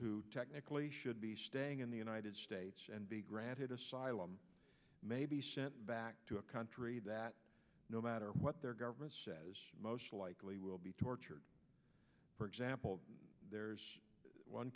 who technically should be staying in the united states and be granted asylum may be sent back to a country that no matter what their government says most likely will be tortured for example there's one